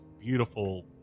beautiful